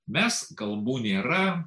mes kalbų nėra